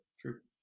true